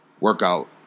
workout